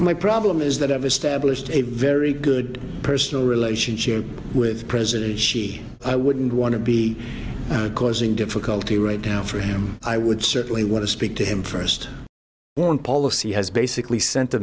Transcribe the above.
my problem is that have established a very good personal relationship with president xi i wouldn't want to be causing difficulty right now for him i would certainly want to speak to him st foreign policy has basically sent a